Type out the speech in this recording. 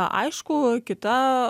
aišku kita